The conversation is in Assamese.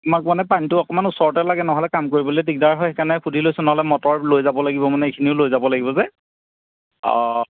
আমাক মানে পানীটো অকণমান ওচৰতে লাগে নহ'লে কাম কৰিবলৈ দিগদাৰ হয় সেইকাৰণে সুধি লৈছোঁ নহ'লে মটৰ লৈ যাব লাগিব মানে এইখিনিও লৈ যাব লাগিব যে অঁ